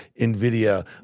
NVIDIA